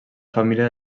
família